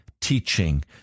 teaching